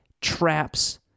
traps